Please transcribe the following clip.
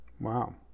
Wow